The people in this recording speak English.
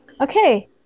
Okay